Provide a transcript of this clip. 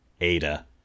Ada